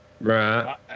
Right